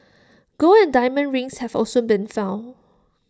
gold and diamond rings have also been found